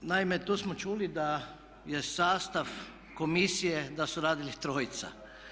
Naime, tu smo čuli da je sastav komisije, da su radili trojica.